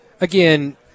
Again